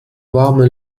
warme